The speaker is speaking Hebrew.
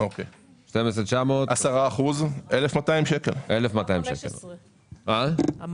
10% מתוך זה 1,200 שקל ולא